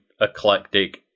eclectic